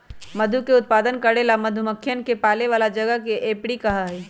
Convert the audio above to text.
मधु के उत्पादन करे ला मधुमक्खियन के पाले वाला जगह के एपियरी कहा हई